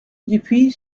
depuis